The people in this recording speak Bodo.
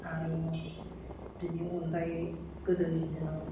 आरो बेनि अनगायै गोदोनि दिनाव